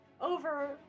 over